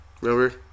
remember